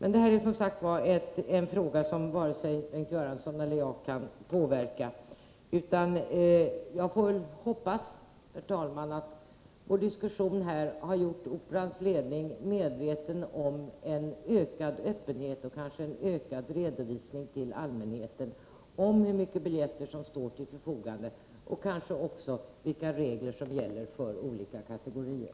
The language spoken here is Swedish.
Men det här är som sagt var en fråga som varken Bengt Göransson eller jag kan påverka, utan jag hoppas, herr talman, att vår diskussion här har gjort Operans ledning medveten om betydelsen av en ökad öppenhet och kanske en ökad redovisning till allmänheten av hur många biljetter som står till förfogande och kanske också vilka regler som gäller för olika kategorier.